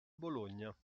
bologna